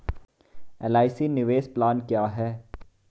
LIC निवेश plan क्या है?